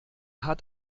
hat